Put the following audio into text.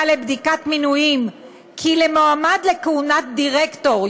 לבדיקת מינויים כי למועמד לכהונת דירקטור,